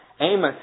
Amos